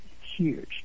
huge